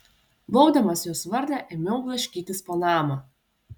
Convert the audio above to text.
baubdamas jos vardą ėmiau blaškytis po namą